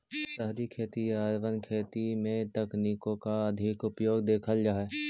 शहरी खेती या अर्बन खेती में तकनीकों का अधिक उपयोग देखल जा हई